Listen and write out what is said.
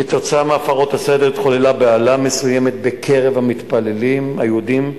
כתוצאה מהפרות הסדר התחוללה בהלה מסוימת בקרב המתפללים היהודים,